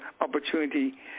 opportunity